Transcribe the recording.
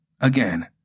Again